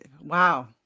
wow